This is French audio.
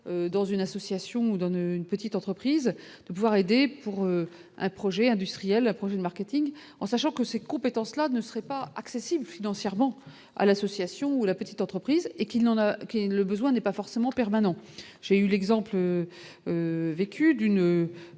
dans une association, nous donne une petite entreprise de pouvoir aider pour un projet industriel produit marketing, en sachant que ces compétences-là ne serait pas accessible financièrement à l'association ou la petite entreprise et qu'il n'y en a qui est le besoin n'est pas forcément permanent, j'ai eu l'exemple. Vécu d'une.